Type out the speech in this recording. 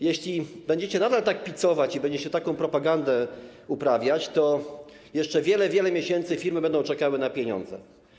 Jeśli nadal będziecie tak picować i będziecie taką propagandę uprawiać, to jeszcze wiele, wiele miesięcy firmy będą czekały na pieniądze.